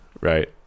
Right